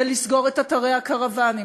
ובסגירת אתרי הקרוונים,